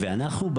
ואנחנו,